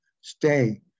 stay